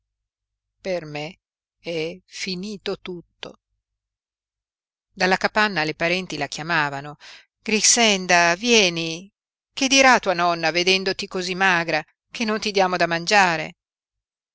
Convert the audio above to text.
per me è finito tutto dalla capanna le parenti la chiamavano grixenda vieni che dirà tua nonna vedendoti cosí magra che non ti diamo da mangiare